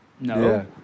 no